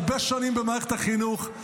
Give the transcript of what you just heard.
הרבה שנים במערכת החינוך,